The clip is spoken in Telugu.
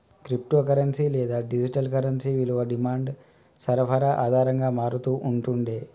క్రిప్టో కరెన్సీ లేదా డిజిటల్ కరెన్సీ విలువ డిమాండ్, సరఫరా ఆధారంగా మారతూ ఉంటుండే